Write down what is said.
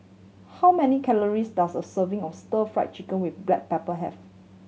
how many calories does a serving of Stir Fried Chicken with black pepper have